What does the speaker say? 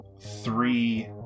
three